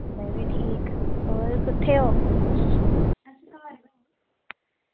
में बी ठीक होर कुत्थें ओ